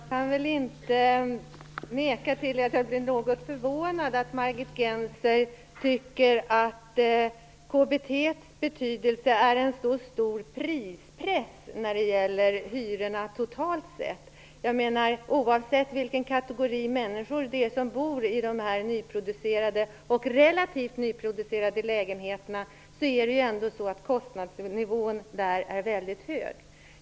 Fru talman! Jag vill inte neka till att jag blev något förvånad att Margit Gennser tycker att KBT har en så stor betydelse som prispress för hyrorna totalt sett. Oavsett vilken kategori människor som bor i dessa nyproducerade och relativt nyproducerade lägenheter är kostnadsnivån väldigt hög.